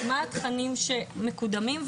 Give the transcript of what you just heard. מה התכנים שמקודמים,